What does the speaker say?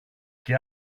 και